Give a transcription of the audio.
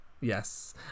yes